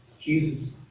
Jesus